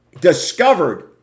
discovered